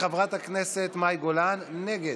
חברת הכנסת מאי גולן נגד,